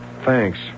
Thanks